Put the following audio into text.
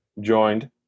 joined